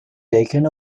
taken